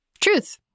truth